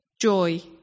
joy